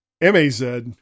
M-A-Z